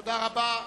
תודה רבה.